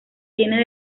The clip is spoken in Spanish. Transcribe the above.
viene